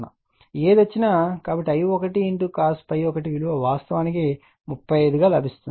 ఏది వచ్చినా కాబట్టి I1 cos ∅1 విలువ వాస్తవానికి 35 గా లభిస్తుంది